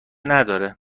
نداره